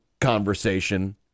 conversation